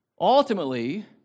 Ultimately